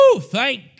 thank